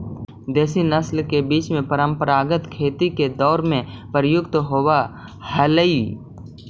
देशी नस्ल के बीज परम्परागत खेती के दौर में प्रयुक्त होवऽ हलई